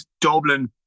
Dublin